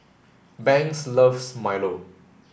Banks loves Milo